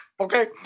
okay